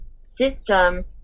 system